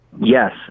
Yes